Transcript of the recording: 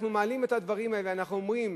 אנחנו מעלים את הדברים האלה ואומרים: